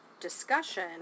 discussion